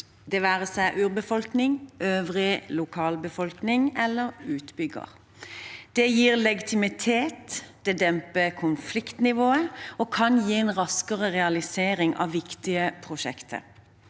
det være seg urbefolkning, øvrig lokalbefolkning eller utbygger. Det gir legitimitet, demper konfliktnivået og kan gi en raskere realisering av viktige prosjekter.